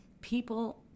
people